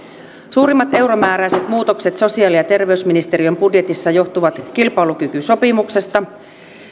suurimmat euromääräiset muutokset sosiaali ja terveysministeriön budjetissa johtuvat kilpailukykysopimuksesta